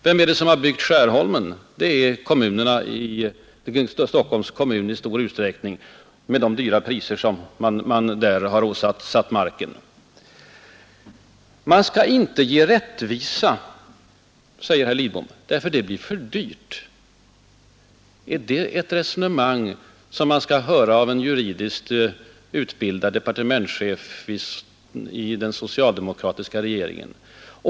Vem har satt priset på marken i Skärholmen om inte Stockholms kommun. Man kan inte ge rättvisa, säger herr Lidbom, därför att det blir för dyrt. Är det ett resonemang som man skall behöva höra från en juridiskt utbildad departementschef i den socialdemokratiska regeringen?